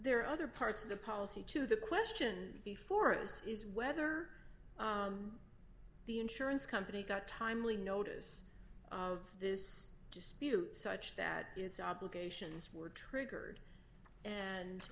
there are other parts of the policy to the question before us is whether the insurance company got timely notice of this dispute such that its obligations were triggered and